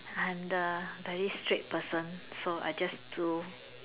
I'm the very strict person so I just do